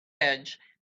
edge